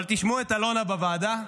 אבל תשמעו את אלונה בוועדה,